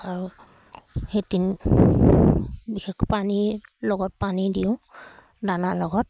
আৰু সেই তিনি বিশেষ পানীৰ লগত পানী দিওঁ দানাৰ লগত